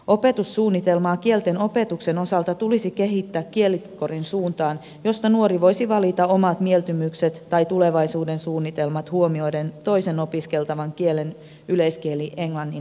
opetussuunnitelmaa kieltenopetuksen osalta tulisi kehittää kielikorin suuntaan josta nuori voisi valita omat mieltymyksensä tai tulevaisuudensuunnitelmansa huomioiden toisen opiskeltavan kielen yleiskieli englannin lisäksi